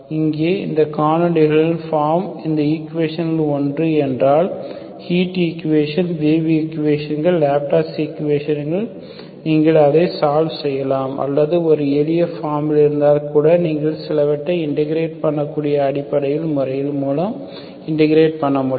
இங்கே இந்த canonical form இந்த ஈக்குவேஷன்களில் ஒன்று என்றால் ஹீட் ஈக்குவேஷன் வேவ் ஈக்குவேஷன் கள் லேப்ளேஸ் ஈக்குவேஷன் நீங்கள் அதை சால்வ் செய்யலாம் அல்லது அது ஒரு எளிய ஃபார்மில் இருந்தால் கூட நீங்கள் சிலவற்றை இன்டக்கிரேட்க் பண்ண கூடிய அடிப்படை முறைகள் மூலம் இன்டக்கிரேட் பன்ன முடியும்